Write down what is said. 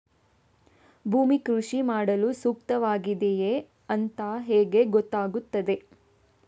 ಭೂಮಿ ಕೃಷಿ ಮಾಡಲು ಸೂಕ್ತವಾಗಿದೆಯಾ ಅಂತ ಹೇಗೆ ಗೊತ್ತಾಗುತ್ತದೆ?